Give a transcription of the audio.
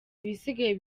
ibisigaye